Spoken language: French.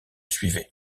suivait